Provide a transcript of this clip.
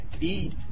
eat